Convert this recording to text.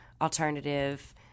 alternative